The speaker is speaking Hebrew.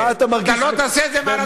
אתה לא תעשה את זה מעל הדוכן.